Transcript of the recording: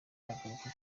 agaruka